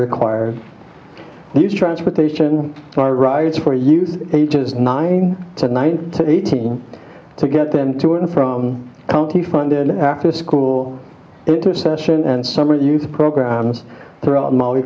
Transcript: required these transportation rides for you ages nine to nine to eighteen to get them to and from county funded afterschool into session and summer youth programs throughout m